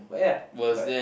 but ya but